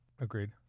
agreed